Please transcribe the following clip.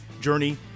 journey